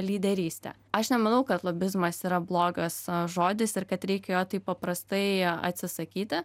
lyderystė aš nemanau kad lobizmas yra blogas žodis ir kad reik jo taip paprastai atsisakyti